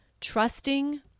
trusting